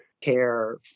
care